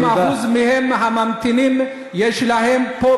80% מהממתינים יש להם פה,